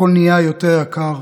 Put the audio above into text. הכול נהיה יותר יקר.